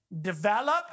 develop